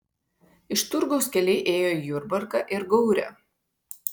iš turgaus keliai ėjo į jurbarką ir gaurę